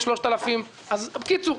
בצלאל סמוטריץ': << דובר_המשך >> אני אתך,